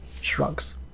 Shrugs